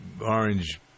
orange